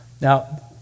Now